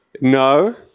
No